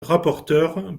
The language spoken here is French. rapporteure